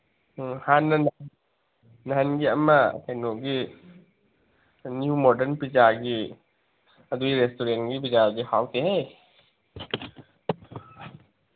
ꯑꯥ ꯍꯥꯟꯅ ꯅꯍꯥꯟꯒꯤ ꯑꯝ ꯀꯩꯅꯣꯒꯤ ꯅ꯭ꯌꯨ ꯃꯣꯗꯔꯟ ꯄꯤꯖꯥꯒꯤ ꯑꯗꯨꯒꯤ ꯔꯦꯁꯇꯨꯔꯦꯟꯒꯤ ꯄꯤꯖꯥꯗꯨꯗꯤ ꯍꯥꯎꯇꯦꯍꯦ